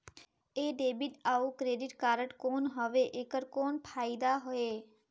ये डेबिट अउ credit card कौन हवे एकर कौन फाइदा हे?